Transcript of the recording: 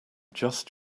just